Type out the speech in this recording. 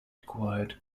required